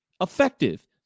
effective